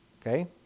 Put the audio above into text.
Okay